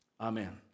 Amen